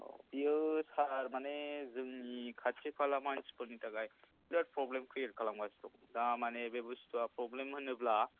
औ बियो सार माने जोंनि खाथि खाला मानसिफोरनि थाखाय बिराथ प्रब्लेम क्रियेट खालामगासिनो दं दा माने बे बुस्थुआ प्रब्लेम होनोब्ला